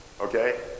okay